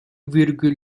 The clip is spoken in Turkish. virgül